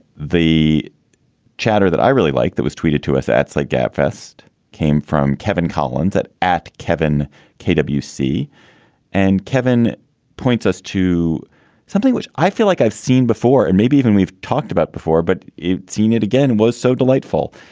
the chatter that i really like that was tweeted to us, that's like gabfest came from kevin collins at at kevin k w. c and kevin points us to something which i feel like i've seen before and maybe even we've talked about before. but you've seen it again was so delightful.